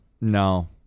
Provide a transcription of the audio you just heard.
no